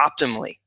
optimally